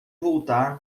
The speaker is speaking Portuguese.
voltar